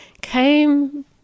came